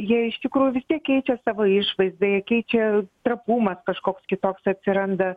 jie iš tikrųjų vistiek keičia savo išvaizdą ją keičia trapumas kažkoks kitoks atsiranda